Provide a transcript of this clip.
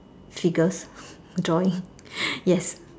figures drawing yes